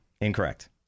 incorrect